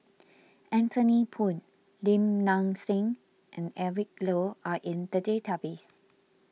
Anthony Poon Lim Nang Seng and Eric Low are in the database